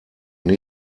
noch